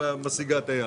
ההכנסה ממנו,